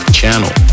channel